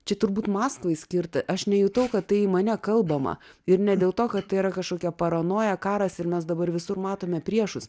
čia turbūt maskvai skirta aš nejutau kad tai į mane kalbama ir ne dėl to kad tai yra kažkokia paranoja karas ir mes dabar visur matome priešus